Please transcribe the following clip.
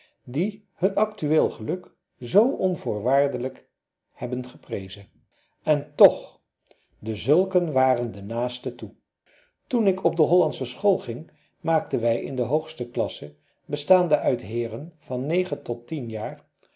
die hun actueel geluk zoo onvoorwaardelijk hebben geprezen en toch dezulken waren er de naaste toe toen ik op de hollandsche school ging maakten wij in de hoogste klasse bestaande uit heeren van negen tot tien jaar